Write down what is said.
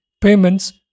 payments